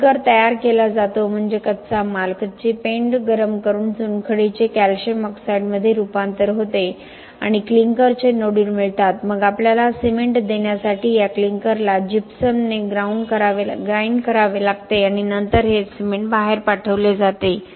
clinker तयार केला जातो म्हणजे कच्चा माल कच्ची पेंड गरम करून चुनखडीचे कॅल्शियम ऑक्साईडमध्ये रूपांतर होते आणि क्लिंकरचे नोड्यूल मिळतात मग आपल्याला सिमेंट देण्यासाठी या क्लिंकरला जिप्समने ग्राउंड करावे लागते आणि नंतर हे सिमेंट बाहेर पाठवले जाते